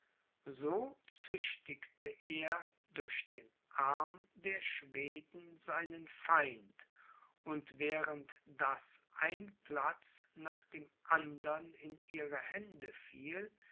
so züchtigte er durch den arm der schweden seinen feind und während daß ein platz nach dem andern in ihre hände fiel